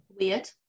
Weird